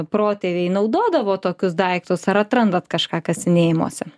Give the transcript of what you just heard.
protėviai naudodavo tokius daiktus ar atrandat kažką kasinėjimuose